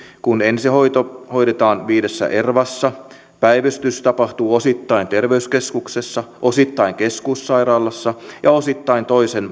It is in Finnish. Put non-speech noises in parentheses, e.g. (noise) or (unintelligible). kun ensihoito hoidetaan viidessä ervassa päivystys tapahtuu osittain terveyskeskuksessa osittain keskussairaalassa ja osittain toisen (unintelligible)